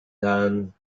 than